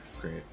great